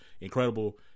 incredible